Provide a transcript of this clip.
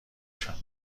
نشان